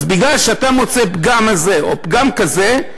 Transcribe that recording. אז בגלל שאתה מוצא פגם כזה או פגם כזה,